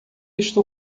estou